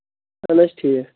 اَہن حظ ٹھیٖک